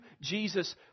Jesus